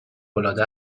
العاده